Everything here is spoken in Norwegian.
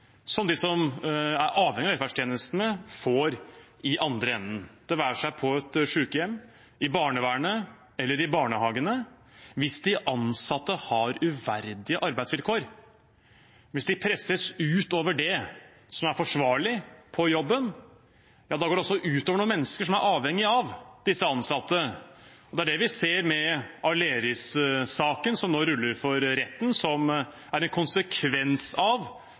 som de som er avhengig av velferdstjenestene, får i den andre enden – det være seg på et sykehjem, i barnevernet eller i barnehagene. Hvis de ansatte har uverdige arbeidsvilkår – hvis de presses utover det som er forsvarlig på jobben – går det også ut over noen mennesker som er avhengig av disse ansatte. Det er det vi ser i Aleris-saken, som nå rulles ut i retten, som er en konsekvens av